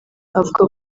avuga